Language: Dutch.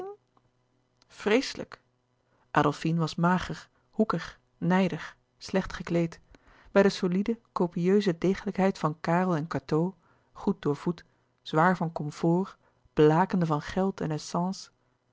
vreeslijk adolfine was mager hoekig nijdig slecht gekleed bij de solide copieuze degelijkheid van karel en cateau goed doorvoed zwaar van comfort blakende van geld en